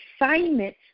assignment